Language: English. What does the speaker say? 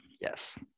Yes